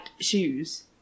shoes